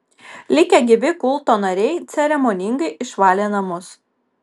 likę gyvi kulto nariai ceremoningai išvalė namus